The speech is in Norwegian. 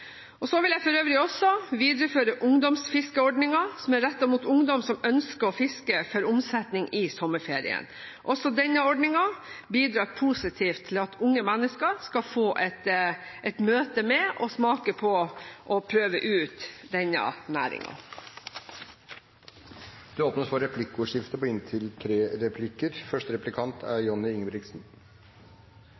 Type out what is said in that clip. vil for øvrig også videreføre ungdomsfiskeordningen, som er rettet mot ungdom som ønsker å fiske for omsetning i sommerferien. Også denne ordningen bidrar positivt til at unge mennesker skal få et møte med, smake på og prøve ut denne næringen. Det blir replikkordskifte.